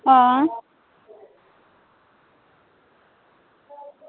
हां